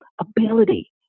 ability